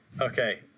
Okay